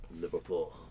Liverpool